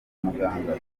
muganga